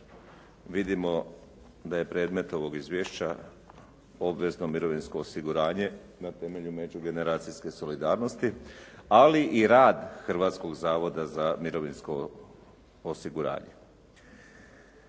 vidimo da je predmet ovog izvješća obvezno mirovinsko osiguranje na temelju međugeneracijske solidarnosti ali i rad Hrvatskog zavoda za mirovinsko osiguranje.